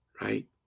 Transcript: right